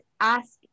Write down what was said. ask